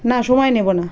না সময় নেব না